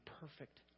perfect